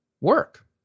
work